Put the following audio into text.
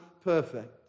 perfect